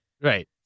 right